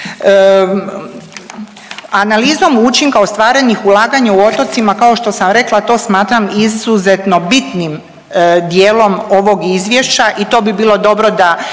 Analizom učinka ostvarenih ulaganje u otocima kao što sam rekla to smatram izuzetno bitnim dijelom ovog izvješća i to bi bilo dobro da